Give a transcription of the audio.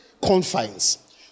confines